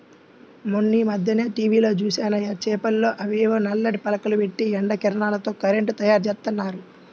మొన్నీమధ్యనే టీవీలో జూశానయ్య, చేలల్లో అవేవో నల్లటి పలకలు బెట్టి ఎండ కిరణాలతో కరెంటు తయ్యారుజేత్తన్నారు